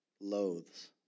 loathes